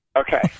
Okay